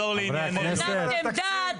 אין שום בעיה.